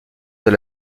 dans